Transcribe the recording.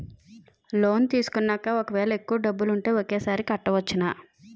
Loan తీసుకున్నాక ఒకవేళ ఎక్కువ డబ్బులు ఉంటే ఒకేసారి కట్టవచ్చున?